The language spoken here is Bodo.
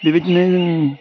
बेबायदिनो जों